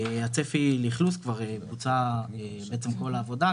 הצפי לאכלוס כבר בוצעה בעצם כל העבודה,